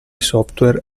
software